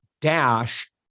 dash